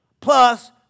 Plus